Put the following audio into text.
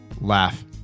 laugh